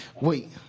Wait